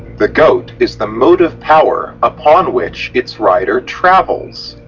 the goat is the motive power upon which it's rider travels.